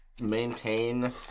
maintain